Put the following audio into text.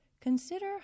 Consider